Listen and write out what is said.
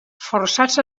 forçats